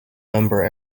member